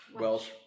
Welsh